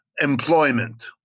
employment